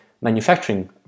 manufacturing